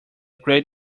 great